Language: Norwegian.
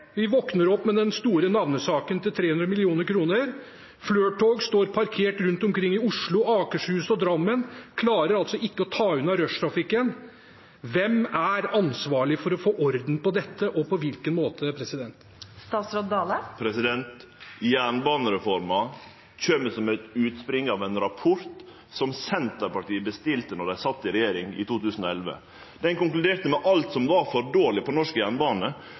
Vi våkner opp med den store navnesaken til 300 mill. kr, Flirt-tog står parkert rundt omkring i Oslo, Akershus og Drammen, man klarer altså ikke å ta unna rushtrafikken. Hvem er ansvarlig for å få orden på dette og på hvilken måte? Jernbanereforma kjem som eit utspring av ein rapport som Senterpartiet bestilte då dei sat i regjering i 2011. Den konkluderte med alt som var for dårleg på norsk jernbane,